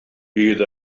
bydd